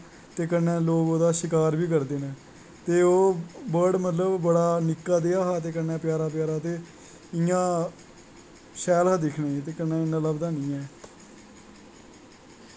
कन्नै लोग ओह्दा शकार बी करदे न ते ओह् बर्ड़ मतलब बड़ा निक्का जेहा ते कन्नै प्यारा प्यारा शैल हा दिक्खने ते कन्नै इन्ना लब्भदा निं ऐ